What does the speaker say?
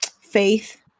faith